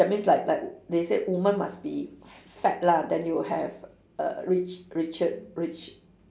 that means like like they say woman must be f~ fat lah then you have err rich riche~ rich